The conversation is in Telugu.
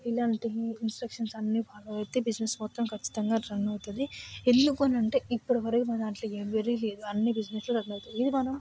ఇలాంటి ఇన్స్ట్రక్షన్స్ అన్నీ ఫాలో అయితే బిజినెస్ మొత్తం ఖచ్చితంగా రన్ అవుతుంది ఎందుకు అంటే ఇప్పటివరకు మా దాంట్లో ఎవ్వరీ లేదు అన్నీ బిజినెస్లు రన్ అవుతాయి